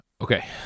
okay